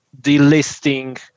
delisting